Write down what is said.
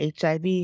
HIV